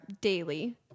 daily